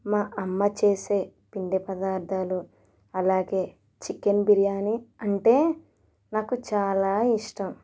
మా అమ్మ చేసే పిండి పదార్ధాలు అలాగే చికెన్ బిర్యానీ అంటే నాకు చాలా ఇష్టం